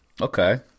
Okay